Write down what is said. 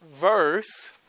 verse